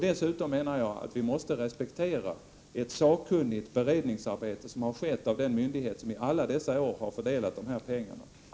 Dessutom menar jag att vi måste respektera ett sakkunnigt beredningsarbete av den myndighet som i alla dessa år fördelat pengarna.